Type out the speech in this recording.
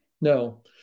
No